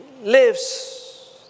lives